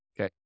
Okay